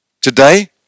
Today